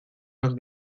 nos